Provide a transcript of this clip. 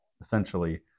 Essentially